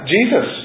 Jesus